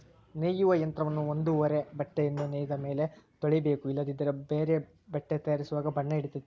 ನೇಯುವ ಯಂತ್ರವನ್ನ ಒಂದೊಂದೇ ಬಟ್ಟೆಯನ್ನು ನೇಯ್ದ ಮೇಲೆ ತೊಳಿಬೇಕು ಇಲ್ಲದಿದ್ದರೆ ಬೇರೆ ಬಟ್ಟೆ ತಯಾರಿಸುವಾಗ ಬಣ್ಣ ಹಿಡಿತತೆ